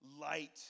light